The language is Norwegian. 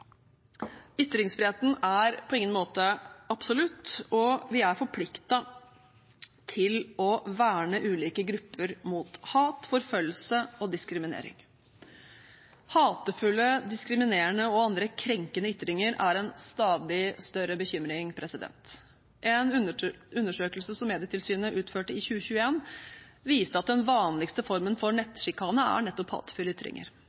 Ytringsfriheten er på ingen måte absolutt, og vi er forpliktet til å verne ulike grupper mot hat, forfølgelse og diskriminering. Hatefulle, diskriminerende og andre krenkende ytringer er en stadig større bekymring. En undersøkelse som Medietilsynet utførte i 2021, viste at den vanligste formen for nettsjikane er nettopp hatefulle ytringer.